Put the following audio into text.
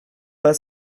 pas